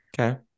Okay